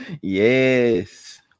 Yes